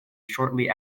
shortly